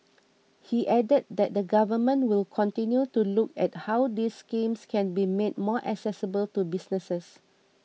he added that the Government will continue to look at how these schemes can be made more accessible to businesses